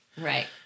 Right